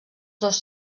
dos